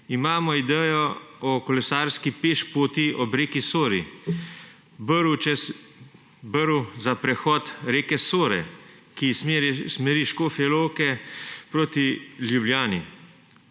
Imamo idejo o kolesarski pešpoti ob reki Sori, brv za prehod reke Sore iz smeri Škofje Loke proti Ljubljani.